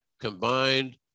combined